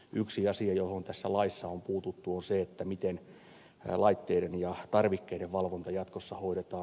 yksi asia johon tässä laissa on puututtu on se miten laitteiden ja tarvikkeiden valvonta jatkossa hoidetaan